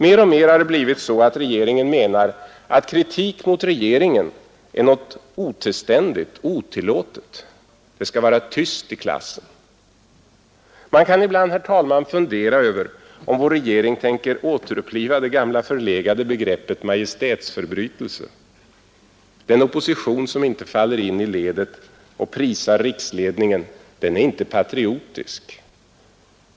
Mer och mer har det blivit så att regeringen menar att kritik mot regeringen är någonting otillständigt, otillåtet. Det skall vara tyst i klassen. Man kan ibland fundera över om vår regering tänker återuppliva det gamla förlegade begreppet majestätsförbrytelse. Den opposition som inte faller in i ledet och prisar riksledningen är inte patriotisk.